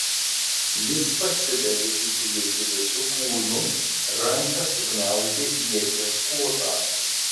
jis pasidavė į priekį visu kūnu ranka sugniaužė ieties kotą